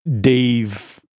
Dave